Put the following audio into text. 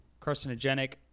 carcinogenic